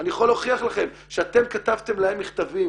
אני יכול להוכיח לכם שאתם כתבתם להם מכתבים